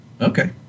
Okay